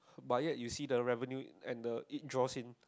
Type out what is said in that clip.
but ya you see the Revenue and the Eat Draw Seen